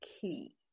key